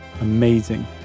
Amazing